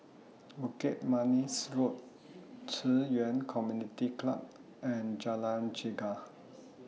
Bukit Manis Road Ci Yuan Community Club and Jalan Chegar